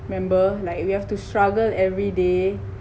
member like we have to struggle everyday